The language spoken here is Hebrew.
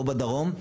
או בדרום,